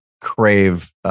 crave